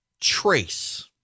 trace